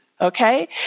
Okay